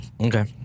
Okay